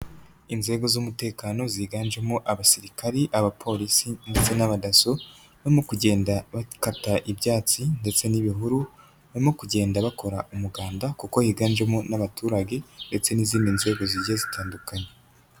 Inzego z'umutekano ziganjemo abasirikari, abapolisi ndetse n'abadasso, barimo kugenda bakata ibyatsi ndetse n'ibihuru, barimo kugenda bakora umuganda kuko higanjemo n'abaturage ndetse n'izindi nzego zigiye zitandukanye.